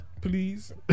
Please